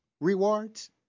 rewards